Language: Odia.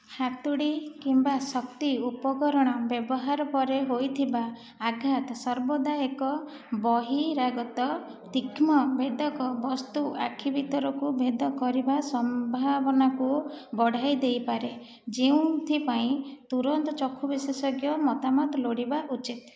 ହାତୁଡ଼ି କିମ୍ବା ଶକ୍ତିଉପକରଣର ବ୍ୟବହାର ପରେ ହୋଇଥିବା ଆଘାତ ସର୍ବଦା ଏକ ବହିରାଗତ ତୀକ୍ଷ୍ଣ ଭେଦକ ବସ୍ତୁ ଆଖି ଭିତରକୁ ଭେଦ କରିବା ସମ୍ଭାବନାକୁ ବଢ଼ାଇଦେଇପାରେ ଯେଉଁଥିପାଇଁ ତୁରନ୍ତ ଚକ୍ଷୁ ବିଶେଷଜ୍ଞଙ୍କ ମତାମତ ଲୋଡ଼ିବା ଉଚିତ୍